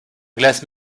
glace